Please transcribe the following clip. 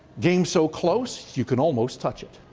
game so close, you can almost touch it.